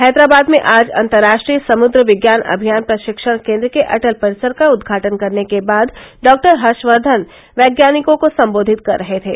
हैदराबाद में आज अन्तर्राष्ट्रीय समुद्र विज्ञान अभियान प्रशिक्षण केन्द्र के अटल परिसर का उदघाटन करने के बाद डॉक्टर हर्षवर्धन वैज्ञानिकों को सम्बोधित कर रहे थे